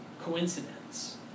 coincidence